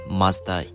master